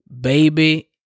Baby